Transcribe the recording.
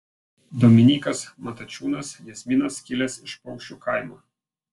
dominykas matačiūnas jazminas kilęs iš paukščiu kaimo